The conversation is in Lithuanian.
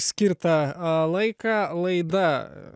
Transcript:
skirtą laiką laida